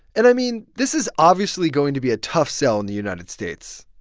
and i mean, this is obviously going to be a tough sell in the united states.